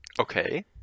okay